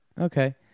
Okay